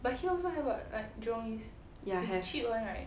ya have